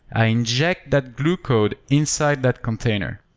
i inject that glue code inside that container.